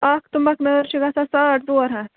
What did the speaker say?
اکھ تُمبکھ نٲر چھِ گژھان ساڑ ژور ہَتھ